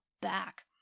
back